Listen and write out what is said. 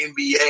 NBA